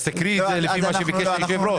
אז תקריא את זה לפי מה שביקש היושב ראש.